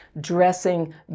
dressing